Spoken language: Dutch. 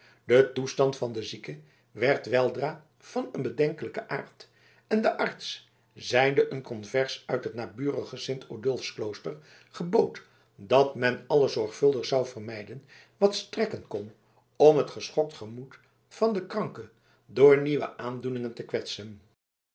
de toestand van den zieke werd weldra van een bedenkelijken aard en de arts zijnde een convers uit het naburige sint odulfsklooster gebood dat men alles zorgvuldig zou vermijden wat strekken kon om het geschokt gemoed van den kranke door nieuwe aandoeningen te kwetsen